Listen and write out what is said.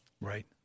Right